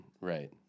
right